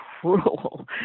cruel